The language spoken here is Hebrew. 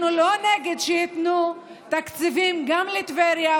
אנחנו לא נגד שייתנו תקציבים גם לטבריה,